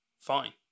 fine